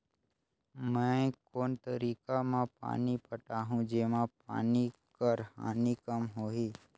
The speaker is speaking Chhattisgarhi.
मैं कोन तरीका म पानी पटाहूं जेमा पानी कर हानि कम होही?